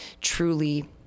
truly